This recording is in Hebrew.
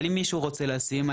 אבל אם מישהו רוצה לשים?